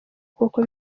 koko